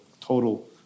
total